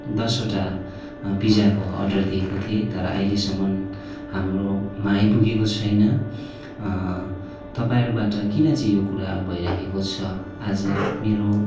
दसवटा पिजाको अर्डर दिएको थिएँ तर अहिलेसम्म हाम्रोमा आइपुगेको छैन तपाईँहरूबाट किन चाहिँ यो कुरा भइराखेको छ आज मेरो